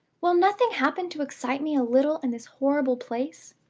will nothing happen to excite me a little in this horrible place?